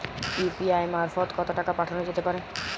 UPI মারফত কত টাকা পাঠানো যেতে পারে?